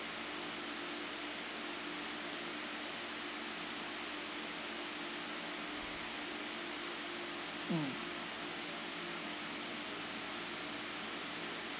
mm